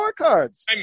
scorecards